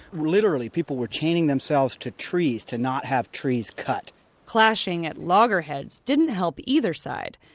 literally people were chaining themselves to trees to not have trees cut clashing at loggerheads didn't help either side.